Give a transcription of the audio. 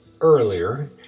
earlier